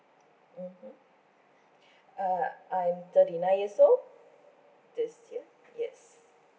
mmhmm uh I'm thirty nine years old this year yes